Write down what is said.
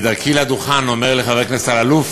בדרכי לדוכן אומר לי חבר הכנסת אלאלוף: